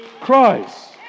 Christ